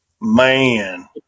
Man